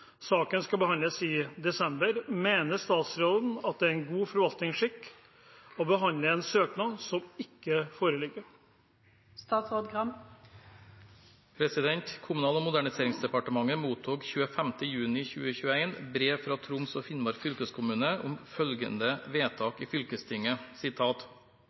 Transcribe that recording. Saken skal behandles i desember. Mener statsråden at det er god forvaltningsskikk å behandle en søknad som ikke foreligger?» Kommunal- og moderniseringsdepartementet mottok 25. juni 2021 brev fra Troms og Finnmark fylkeskommune om følgende